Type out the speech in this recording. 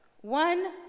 one